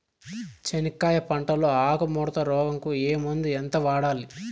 చెనక్కాయ పంట లో ఆకు ముడత రోగం కు ఏ మందు ఎంత వాడాలి?